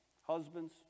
husbands